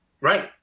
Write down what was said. right